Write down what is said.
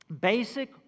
basic